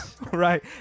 Right